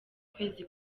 kwezi